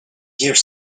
here